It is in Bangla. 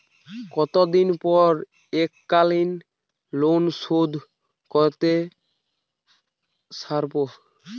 কতদিন পর এককালিন লোনশোধ করতে সারব?